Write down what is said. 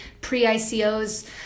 pre-ICO's